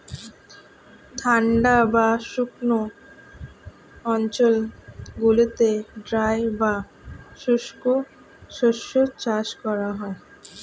ঠান্ডা বা শুকনো অঞ্চলগুলিতে ড্রাই বা শুষ্ক শস্য চাষ করা হয়